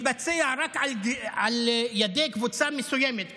מתבצע רק על ידי קבוצה מסוימת.